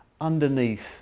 underneath